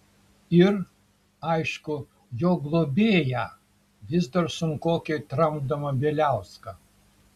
ir aišku jo globėją vis dar sunkokai tramdomą bieliauską